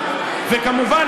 וכמובן,